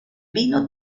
vino